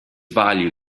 value